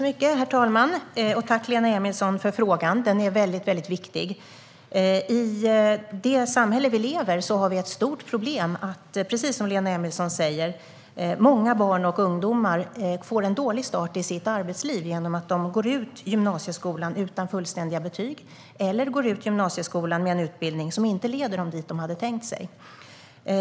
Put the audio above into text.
Herr talman! Jag tackar Lena Emilsson för frågan, som är väldigt viktig. I det samhälle vi lever i har vi, precis som Lena Emilsson säger, ett stort problem med att många barn och ungdomar får en dålig start i sitt arbetsliv genom att de går ut gymnasieskolan utan fullständiga betyg eller går ut gymnasieskolan med en utbildning som inte leder dem dit de hade tänkt sig.